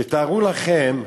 תתארו לכם,